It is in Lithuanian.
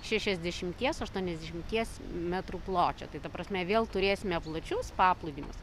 šešiasdešimties aštuoniasdešimties metrų pločio tai ta prasme vėl turėsime plačius paplūdimius